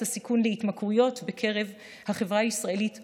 הסיכון להתמכרויות בקרב החברה הישראלית כולה,